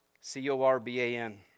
C-O-R-B-A-N